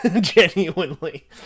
genuinely